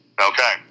Okay